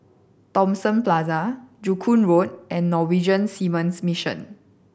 Thomson Plaza Joo Koon Road and Norwegian Seamen's Mission